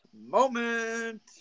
moment